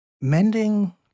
Mending